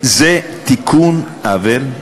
זה תיקון עוול,